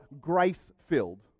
grace-filled